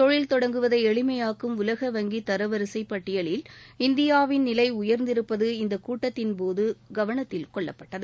தொழில் தொடங்குவதை எளிமையாக்கும் உலக வங்கி தரவரிசை பட்டியலில் இந்தியாவின் நிலை உயர்ந்திருப்பது இந்த கூட்டத்தின்போது கவனத்தில் கொள்ளப்பட்டது